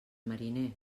mariner